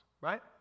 right